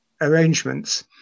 arrangements